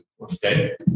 Okay